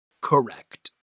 Correct